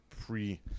pre